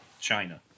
China